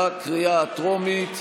בקריאה הטרומית.